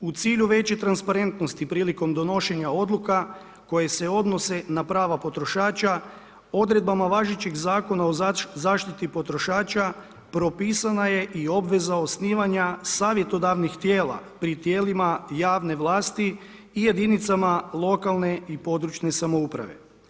U cilju veće transparentnosti prilikom donošenja odluka koje se odnose na prava potrošača odredbama važećeg Zakona o zaštiti potrošača propisana je i obveza osnivanja savjetodavnih tijela pri tijelima javne vlasti i jedinicama lokalne i područne samouprave.